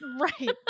Right